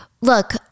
Look